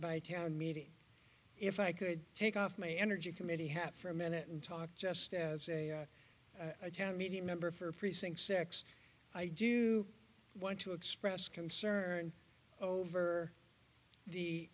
by town meeting if i could take off my energy committee hat for a minute and talk just as a town meeting member for precinct six i do want to express concern over the